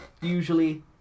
Usually